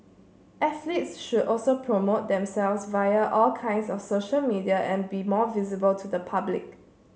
athletes should also promote themselves via all kinds of social media and be more visible to the public